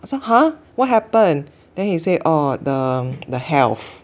so !huh! what happen then he say oh the the health